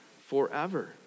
forever